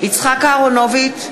יצחק אהרונוביץ,